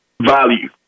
value